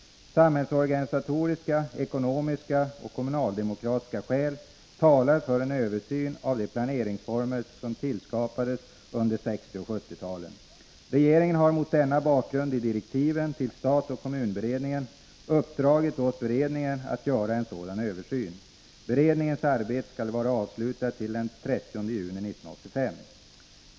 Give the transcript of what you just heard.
talar för en översyn av de planeringsformer som tillskapades under 1960-och = Nr 18 1970-talen. Regeringen har mot denna bakgrund i direktiven :: Måndagen den till stat-kommun-beredningen uppdragit åt beredningen att göra en sådan Tnovember 1983 översyn. Beredningens arbete skall vara avslutat till den 30 juni 1985.